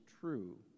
true